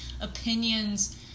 opinions